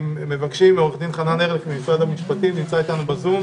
עורך דין חנן ארליך ממשרד המשפטים בבקשה.